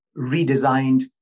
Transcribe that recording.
redesigned